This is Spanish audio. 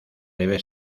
debe